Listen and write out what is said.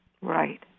Right